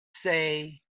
say